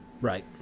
Right